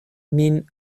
min